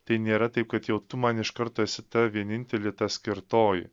tai nėra taip kad jau tu man iš karto esi ta vienintelė ta skirtoji